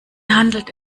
handelt